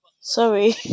sorry